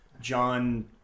John